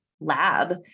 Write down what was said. lab